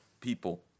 people